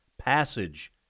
Passage